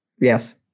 Yes